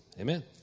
Amen